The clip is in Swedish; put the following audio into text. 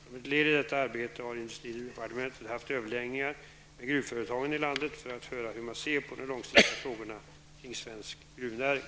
Som ett led i detta arbete har industridepartementet haft överläggningar med gruvföretagen i landet, för att höra hur man ser på de långsiktiga frågorna kring svensk gruvnäring.